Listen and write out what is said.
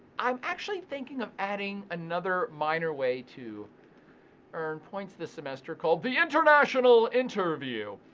i'm actually thinking of adding another minor way to earn points this semester called the international interview.